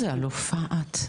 איזו אלופה את.